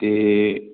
ਅਤੇ